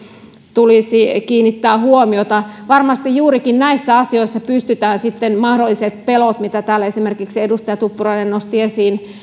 tulisi kiinnittää huomiota varmasti juurikin näissä asioissa pystytään sitten mahdolliset pelot mitä täällä esimerkiksi edustaja tuppurainen nosti esiin